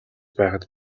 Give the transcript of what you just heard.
байхад